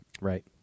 Right